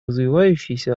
развивающиеся